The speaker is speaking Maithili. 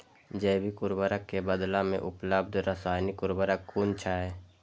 जैविक उर्वरक के बदला में उपलब्ध रासायानिक उर्वरक कुन छै?